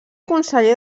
conseller